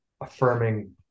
affirming